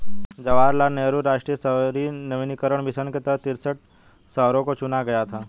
जवाहर लाल नेहरू राष्ट्रीय शहरी नवीकरण मिशन के तहत तिरेसठ शहरों को चुना गया था